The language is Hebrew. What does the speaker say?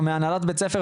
מהנהלת בית הספר,